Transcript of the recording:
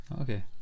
okay